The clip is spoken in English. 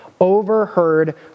overheard